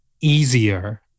easier